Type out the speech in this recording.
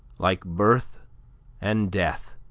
like birth and death,